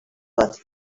what